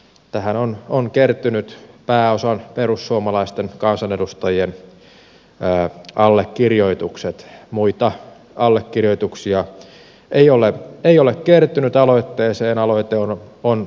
tähän on kertynyt pääosan perussuomalaisten kansanedustajien allekirjoitukset muita allekirjoituksia ei ole kertynyt aloitteeseen